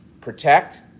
protect